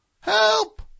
Help